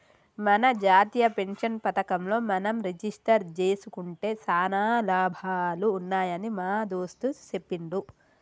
మన జాతీయ పెన్షన్ పథకంలో మనం రిజిస్టరు జేసుకుంటే సానా లాభాలు ఉన్నాయని మా దోస్త్ సెప్పిండు